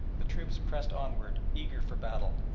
the troops pressed onward eager for battle,